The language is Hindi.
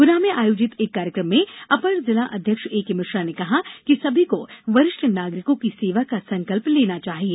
गुना में आयोजित एक कार्यक्रम में अपर जिला अध्यक्ष एके मिश्रा ने कहा कि सभी को वरिष्ठ नागरिकों की सेवा का संकल्प लेना चाहिए